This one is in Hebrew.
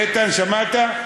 איתן, שמעת?